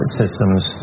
systems